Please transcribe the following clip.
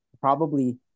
probably-